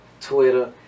Twitter